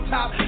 top